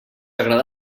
agrada